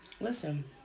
Listen